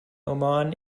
oman